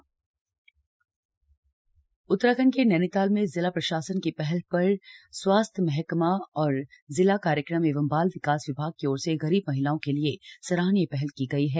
आय्ष्मती योजना उत्तराखंड के नैनीताल जनपद में जिला प्रशासन की पहल पर स्वास्थ्य महकमा व जिला कार्यक्रम एवं बाल विकास विभाग की ओर से गरीब महिलाओं के लिये सराहनीय पहल की गयी है